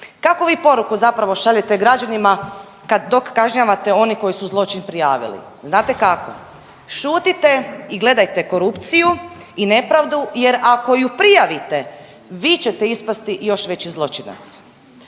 Kakvu vi poruku zapravo šaljete građanima dok kažnjavate one koji su zločin prijavili, znate kako? Šutite i gledajte korupciju i nepravdu jer ako ju prijavite vi ćete ispasti još veći zločinac.